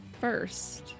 first